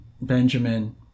Benjamin